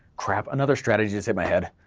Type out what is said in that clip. crap another strategy just hit my head,